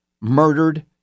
murdered